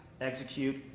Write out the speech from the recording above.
execute